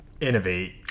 innovate